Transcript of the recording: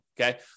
okay